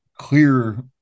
clear